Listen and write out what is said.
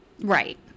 Right